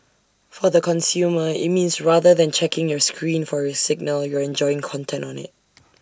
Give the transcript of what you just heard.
for the consumer IT means rather than checking your screen for A signal you're enjoying content on IT